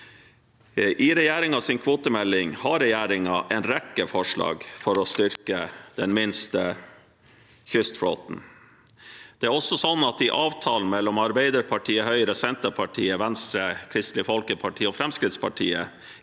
I kvotemeldingen har regjeringen en rekke forslag for å styrke den minste kystflåten, og i avtalen mellom Arbeiderpartiet, Høyre, Senterpartiet, Venstre, Kristelig Folkeparti og Fremskrittspartiet